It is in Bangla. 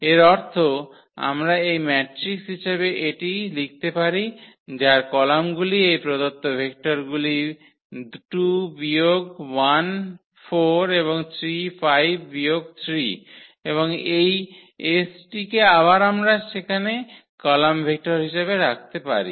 এর অর্থ আমরা এই ম্যাট্রিক্স হিসাবে এটি লিখতে পারি যার কলামগুলি এই প্রদত্ত ভেক্টরগুলি 2 বিয়োগ 1 4 এবং 3 5 বিয়োগ 3 এবং এই s t কে আবার আমরা সেখানে কলাম ভেক্টর হিসাবে রাখতে পারি